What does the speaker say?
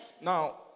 Now